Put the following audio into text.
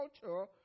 culture